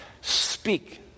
speak